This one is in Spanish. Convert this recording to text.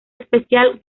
especial